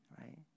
right